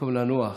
במקום לנוח,